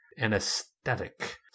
anesthetic